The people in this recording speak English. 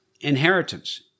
inheritance